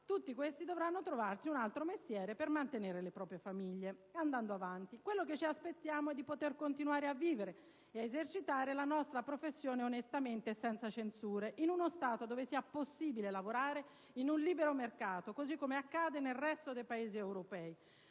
tutti questi dovranno trovarsi un altro mestiere per mantenere le proprie famiglie». Andiamo avanti. «Quello che ci aspettiamo è di poter continuare a vivere e a esercitare la nostra professione onestamente e senza censure in uno Stato dove sia possibile lavorare in un libero mercato, così come accade nel resto dei Paesi europei.